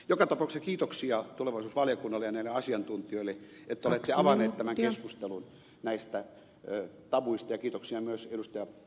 joka tapauksessa kiitoksia tulevaisuusvaliokunnalle ja näille asiantuntijoille että olette avanneet tämän keskustelun näistä tabuista ja kiitoksia myös ed